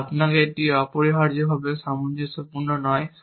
এবং তারপরে এটি অপরিহার্যভাবে সামঞ্জস্যপূর্ণ নয়